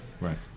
right